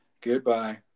goodbye